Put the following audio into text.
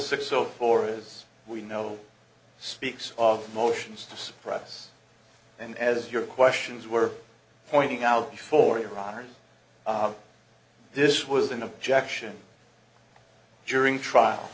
six so for those we know speaks of motions to suppress and as your questions were pointing out before your honor this was an objection during trial